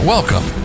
Welcome